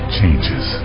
changes